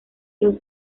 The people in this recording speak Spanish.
los